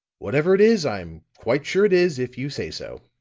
whatever it is, i'm quite sure it is if you say so.